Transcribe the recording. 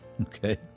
okay